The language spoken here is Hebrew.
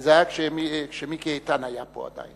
זה היה כשמיקי איתן היה פה עדיין.